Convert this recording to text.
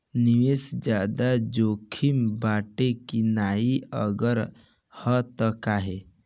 निवेस ज्यादा जोकिम बाटे कि नाहीं अगर हा तह काहे?